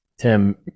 Tim